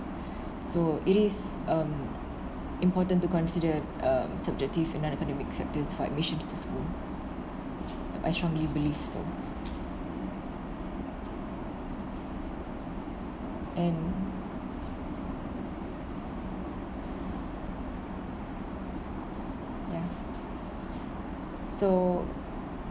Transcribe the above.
so it is um important to consider uh subjective and non academic factors for admission to school I strongly believe so and ya so